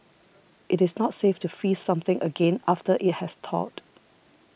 it is not safe to freeze something again after it has thawed